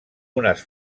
unes